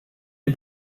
est